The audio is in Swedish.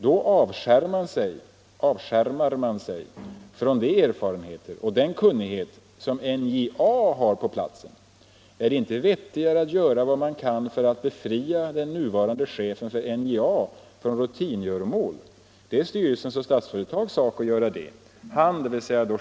Då avskärmar man sig från de erfarenheter och den kunnighet som NJA har på platsen. Är det inte vettigare att göra vad man kan för att befria den nuvarande chefen för NJA från rutingöromål —- det är styrelsens och Statsföretags sak att ordna det.